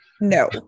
No